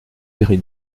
série